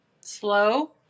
slow